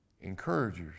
encouragers